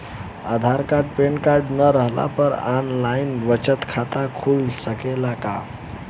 आधार card pan card न रहला पर आन लाइन बचत खाता खुल सकेला का?